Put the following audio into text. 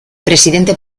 presidente